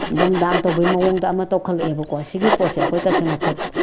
ꯗꯨꯝ ꯗꯥꯡ ꯇꯧꯕꯒꯤ ꯃꯑꯣꯡꯗ ꯑꯃ ꯇꯧꯈꯠꯂꯛꯑꯦꯕꯀꯣ ꯁꯤꯒꯤ ꯄꯣꯠꯁꯦ ꯑꯩꯈꯣꯏ ꯇꯁꯦꯡꯅ